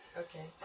Okay